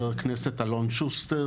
חבר הכנסת אלון שוסטר